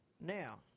Now